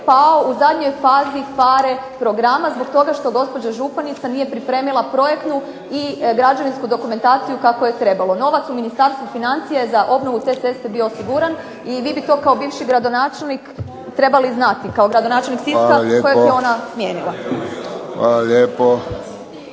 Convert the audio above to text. pao u zadnjoj fazi PHARE programa zbog toga što gospođa županica nije pripremila projektnu i građevinsku dokumentaciju kako je trebalo. Novac u Ministarstvu finacija za obnovu te ceste bio osiguran i vi bi to kao bivši gradonačelnik trebali znati, kao gradonačelnik Siska kojeg je ona smijenila. **Friščić,